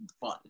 fun